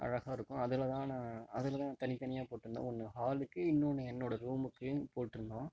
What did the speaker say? அழகாக இருக்கும் அதுலதான் நான் அதுலதான் தனித்தனியாக போட்யிருந்தன் ஒன்று ஹாலுக்கு இன்னோன்று என்னோட ரூமுக்கு போட்யிருந்தோம்